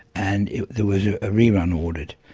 and there was a re-run ordered.